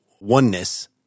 oneness